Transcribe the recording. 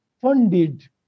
funded